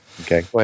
Okay